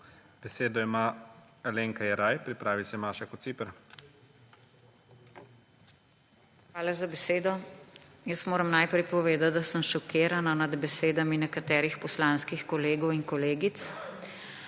Besedo ima Alenka Jeraj. Pripravi se Maša Kociper. ALENKA JERAJ (PS SDS): Hvala za besedo. Jaz moram najprej povedati, da sem šokirana nad besedami nekaterih poslanskih kolegov in kolegic,